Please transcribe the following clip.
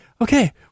okay